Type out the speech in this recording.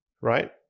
Right